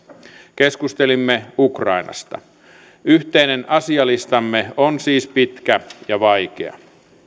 keskustelimme ukrainasta yhteinen asialistamme on siis pitkä ja vaikea